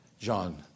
John